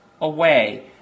away